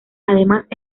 además